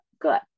good